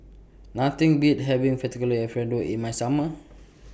Nothing Beats having Fettuccine Alfredo in The Summer